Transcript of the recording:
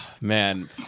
Man